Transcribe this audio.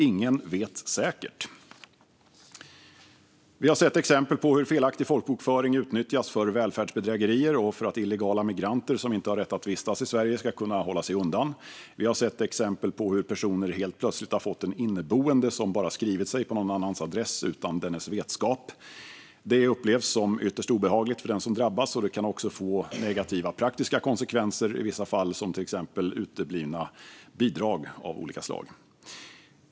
Ingen vet säkert. Vi har sett exempel på hur felaktig folkbokföring utnyttjas för välfärdsbedrägerier och för att illegala migranter som inte har rätt att vistas i Sverige ska kunna hålla sig undan. Vi har sett exempel på hur personer helt plötsligt fått en inneboende som bara skrivit sig på någon annans adress utan dennes vetskap. Det upplevs som ytterst obehagligt för den som drabbas, och det kan även få negativa praktiska konsekvenser i vissa fall, till exempel uteblivna bidrag av olika slag.